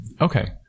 Okay